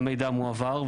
המידע מועבר,